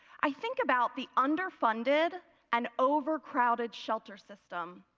i think about the underfunded and overcrowded shelter system.